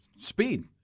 speed